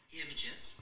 images